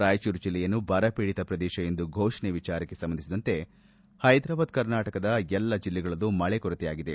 ರಾಯಚೂರು ಜಿಲ್ಲೆಯನ್ನು ಬರಪೀಡಿತ ಪ್ರದೇಶ ಎಂದು ಘೋಷಣೆ ವಿಚಾರಕ್ಕೆ ಸಂಬಂಧಿಸಿದಂತೆ ಪೈದರಾಬಾದ್ ಕರ್ನಾಟಕ ಎಲ್ಲ ಜಿಲ್ಲೆಗಳಲ್ಲೂ ಮಳೆ ಕೊರತೆಯಾಗಿದೆ